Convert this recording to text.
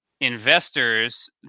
investors